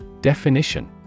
Definition